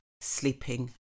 sleeping